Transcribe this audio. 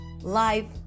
life